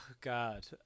God